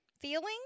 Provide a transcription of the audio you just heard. feeling